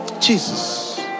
Jesus